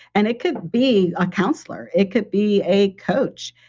and it could be a counselor. it could be a coach.